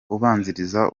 ubanziriza